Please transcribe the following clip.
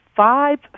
Five